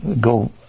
go